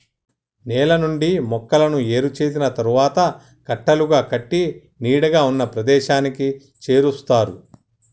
నేల నుండి మొక్కలను ఏరు చేసిన తరువాత కట్టలుగా కట్టి నీడగా ఉన్న ప్రదేశానికి చేరుస్తారు